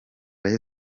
rayon